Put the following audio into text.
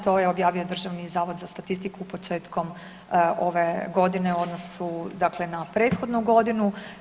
To je objavio Državni zavod za statistiku početkom ove godine u odnosu, dakle na prethodnu godinu.